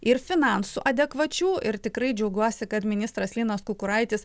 ir finansų adekvačių ir tikrai džiaugiuosi kad ministras linas kukuraitis